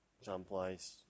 Someplace